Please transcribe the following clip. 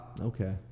Okay